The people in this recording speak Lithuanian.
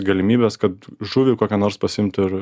galimybės kad žuvį kokią nors pasiimt ir